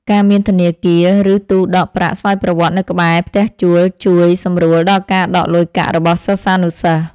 ការមានធនាគារឬទូដកប្រាក់ស្វ័យប្រវត្តនៅក្បែរផ្ទះជួលជួយសម្រួលដល់ការដកលុយកាក់របស់សិស្សានុសិស្ស។